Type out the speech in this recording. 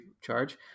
charge